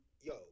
Yo